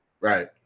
Right